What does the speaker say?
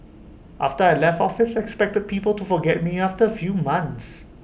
after I left office I expected people to forget me after A few months